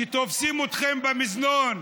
שתופסים אתכם במזנון,